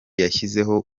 yashyizeho